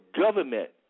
government